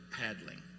paddling